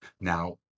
Now